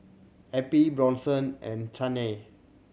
Eppie Bronson and Chaney